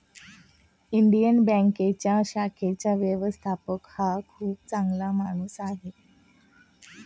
Indian बँकेच्या शाखेचा व्यवस्थापक हा खूप चांगला माणूस आहे